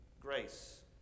grace